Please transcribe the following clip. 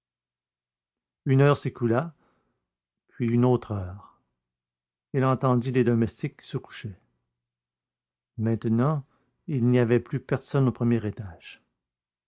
une heure s'écoula puis une autre heure il entendit les domestiques qui se couchaient maintenant il n'y avait plus personne au premier étage